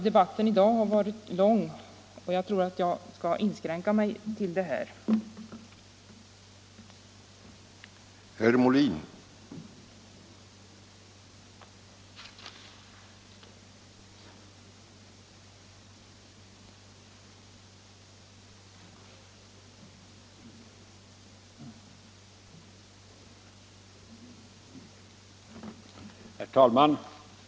Debatten i dag har varit lång, och därför skall jag inskränka mig till det som jag nu anfört.